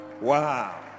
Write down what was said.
Wow